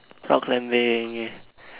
rock climbing